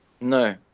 No